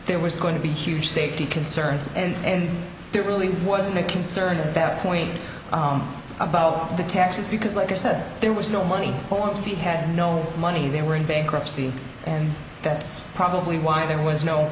there was going to be huge safety concerns and there really wasn't a concern at that point about the taxes because like i said there was no money form c had no money they were in bankruptcy and that's probably why there was no